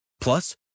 Plus